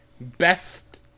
best